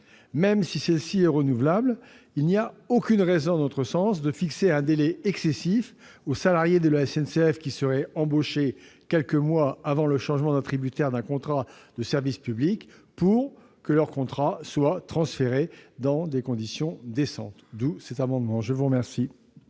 Même si celle-ci est renouvelable, il n'y a aucune raison à notre sens de fixer un délai excessif pour les salariés de la SNCF qui seraient embauchés quelques mois avant le changement d'attributaire d'un contrat de service public pour que leur contrat soit transféré dans des conditions décentes. Quel est l'avis de